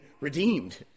redeemed